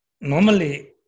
normally